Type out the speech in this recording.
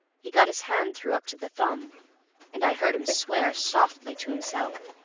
he got his hand through up to the thumb and i heard him swear softly to himself.